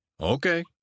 Okay